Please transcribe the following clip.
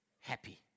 happy